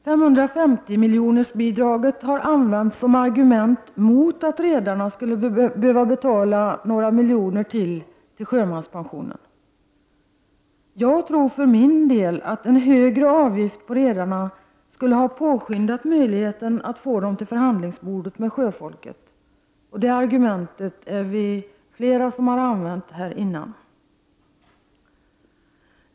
550-miljonersbidraget har använts som argument mot att redarna skulle behöva betala några miljoner ytterligare till sjömanspensionen. Jag tror att en högre avgift för redarna skulle ha ökat möjligheterna att få dem till förhandlingsbordet med sjöfolket. Det argumentet har flera av oss framfört tidigare.